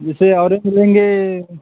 जैसे औरेंज लेंगे